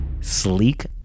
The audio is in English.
SLEEK